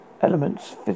elements